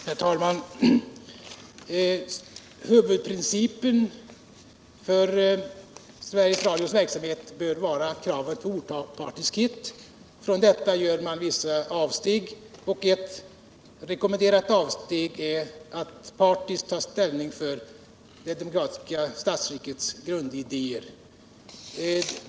Herr talman! Huvudprincipen för Sveriges Radios verksamhet bör vara kravet på opartiskhet. Från detta krav gör man vissa avsteg. Ett rekommenderat avsteg är att partiskt ta ställning för det demokratiska statsskickets grundidéer.